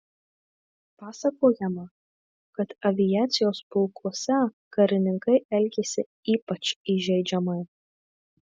pasakojama kad aviacijos pulkuose karininkai elgėsi ypač įžeidžiamai